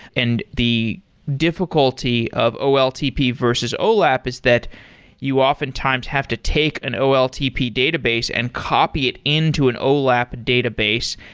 and the difficulty of oltp versus olap is that you often times have to take an oltp database and copy it into an olap database,